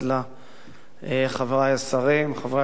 חברי השרים, חברי הכנסת,